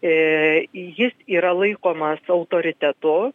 ir jis yra laikomas autoritetu